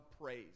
praise